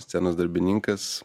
scenos darbininkas